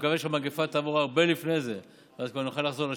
תמצא שם הרבה הרבה דברים טובים שבאים לסייע לאזרחי ישראל,